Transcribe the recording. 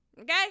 Okay